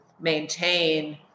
maintain